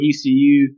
ECU